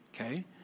Okay